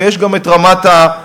ויש גם את רמת הענישה.